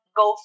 go